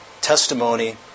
testimony